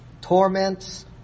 torments